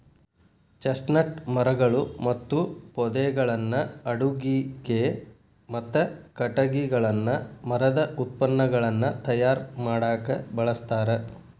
chestnut ಮರಗಳು ಮತ್ತು ಪೊದೆಗಳನ್ನ ಅಡುಗಿಗೆ, ಮತ್ತ ಕಟಗಿಗಳನ್ನ ಮರದ ಉತ್ಪನ್ನಗಳನ್ನ ತಯಾರ್ ಮಾಡಾಕ ಬಳಸ್ತಾರ